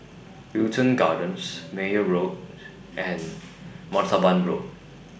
Wilton Gardens Meyer Road and Martaban Road